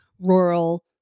rural